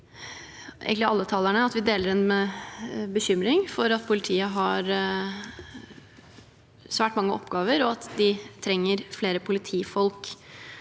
– deler en bekymring for at politiet har svært mange oppgaver, og at de trenger flere politifolk,